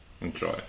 Enjoy